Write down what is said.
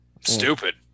Stupid